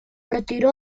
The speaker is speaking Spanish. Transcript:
retiró